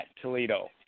Toledo